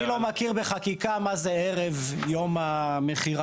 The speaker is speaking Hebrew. אני לא מכיר בחקיקה מה זה ערב יום המכירה.